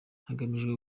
hagamijwe